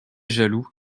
jaloux